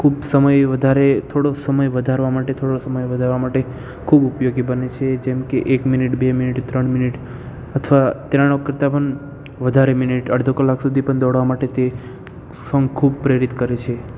ખૂબ સમય વધારે થોડોક સમય વધારવા માટે થોડો સમય વધારવા માટે ખૂબ ઉપયોગી બને છે જેમ કે એક મિનિટ બે મિનિટ ત્રણ મિનિટ અથવા તેના નોક કરતાં પણ વધારે મિનિટ અડધો કલાક સુધી પણ દોડવા માટે તે સોંગ ખૂબ પ્રેરિત કરે છે